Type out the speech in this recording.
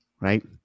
right